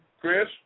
Chris